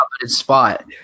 spot